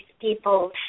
people